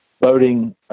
boating